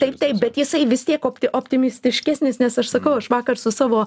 taip taip bet jisai vis tiek opti optimistiškesnis nes aš sakau aš vakar su savo